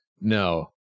No